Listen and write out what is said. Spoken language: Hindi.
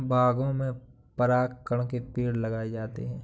बागों में परागकण के पेड़ लगाए जाते हैं